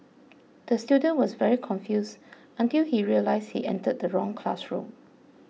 the student was very confused until he realised he entered the wrong classroom